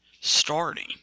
starting